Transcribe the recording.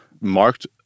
marked